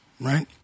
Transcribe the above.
right